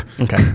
Okay